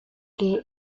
que